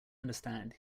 understand